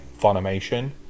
Funimation